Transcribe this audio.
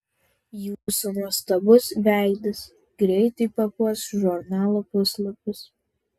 jūsų nuostabus veidas greitai papuoš žurnalo puslapius